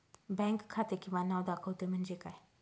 Bank खाते किंवा नाव दाखवते म्हणजे काय?